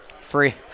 Free